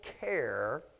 care